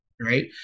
Right